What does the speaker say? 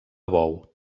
bou